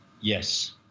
Yes